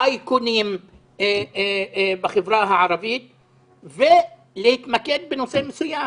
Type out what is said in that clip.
אייקונים בחברה הערבית ולהתמקד בנושא מסוים